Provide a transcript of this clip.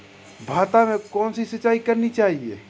भाता में कौन सी सिंचाई करनी चाहिये?